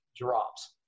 drops